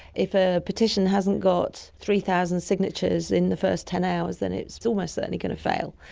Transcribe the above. if a petition hasn't got three thousand signatures in the first ten hours then it's almost certainly going to fail.